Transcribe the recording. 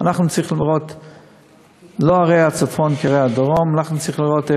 אנחנו צריכים לראות,